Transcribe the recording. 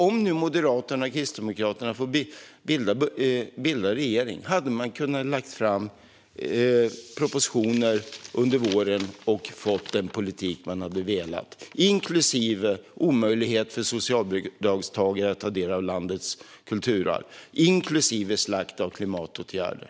Om nu Moderaterna och Kristdemokraterna får bilda regering hade de kunnat lägga fram propositioner under våren och på så sätt fått igenom den politik de hade velat, inklusive omöjlighet för socialbidragstagare att ta del av landets kulturarv och inklusive slakt av klimatåtgärder.